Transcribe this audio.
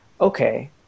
okay